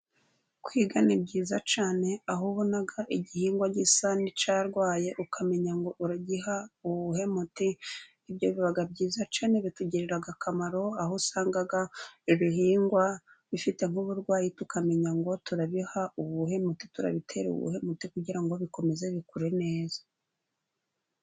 Kwiga ni byiza cyane aho ubona igihingwa gisa n'icyarwaye, ukamenya ngo uragiha uwuhe muti, ibyo biba byiza cyane, bitugirira akamaro, aho usanga ibihingwa bifite nk'uburwayi tukamenya ngo turabiha uwuhe muti, turabitere uwuhe muti kugira ngo bikomeze bikure neza.